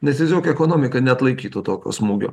nes tiesiog ekonomika neatlaikytų tokio smūgio